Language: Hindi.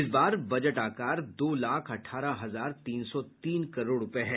इस बार बजट आकार दो लाख अठारह हजार तीन सौ तीन करोड़ रूपये है